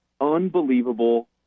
unbelievable